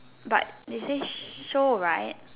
but they say show right